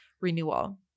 renewal